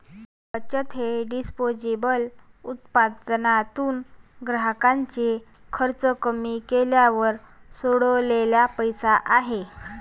बचत हे डिस्पोजेबल उत्पन्नातून ग्राहकाचे खर्च कमी केल्यावर सोडलेला पैसा आहे